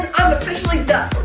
i'm officially done.